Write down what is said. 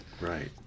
right